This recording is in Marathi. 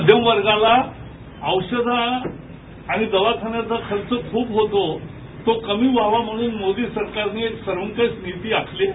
मध्यम वर्गाला औषध आणि दवाखान्याचा खर्च खूप होतो तो कमी व्हावा म्हणून मोदी सरकारनी एक सर्वंकष नीती आखली आहे